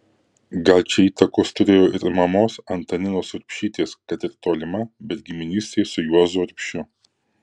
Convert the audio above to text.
gal čia įtakos turėjo ir mamos antaninos urbšytės kad ir tolima bet giminystė su juozu urbšiu